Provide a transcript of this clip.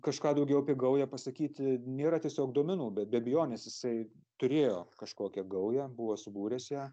kažką daugiau apie gaują pasakyti nėra tiesiog duomenų bet be abejonės jisai turėjo kažkokią gaują buvo subūręs ją